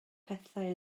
pethau